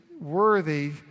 worthy